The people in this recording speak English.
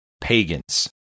pagans